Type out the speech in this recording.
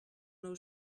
nou